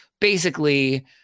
basically-